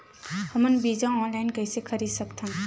हमन बीजा ऑनलाइन कइसे खरीद सकथन?